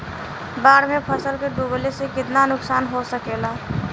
बाढ़ मे फसल के डुबले से कितना नुकसान हो सकेला?